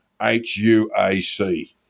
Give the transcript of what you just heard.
HUAC